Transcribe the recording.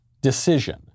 decision